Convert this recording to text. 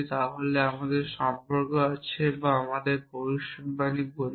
তাহলে আমাদের সম্পর্ক আছে বা আমরা তাদের ভবিষ্যদ্বাণী বলব